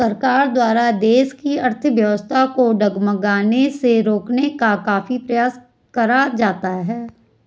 सरकार द्वारा देश की अर्थव्यवस्था को डगमगाने से रोकने का काफी प्रयास करा जाता है